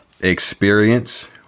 experience